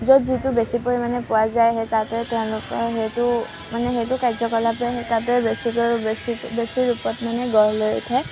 য'ত যিটো বেছি পৰিমাণে পোৱা যায় সেই তাতে তেওঁলোকৰ সেইটো মানে সেইটো কাৰ্যকলাপে তাতে বেছিকৈ বেছি বেছি ৰূপত মানে গঢ় লৈ উঠে